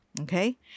Okay